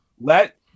let